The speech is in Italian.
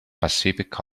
pacific